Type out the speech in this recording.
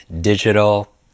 digital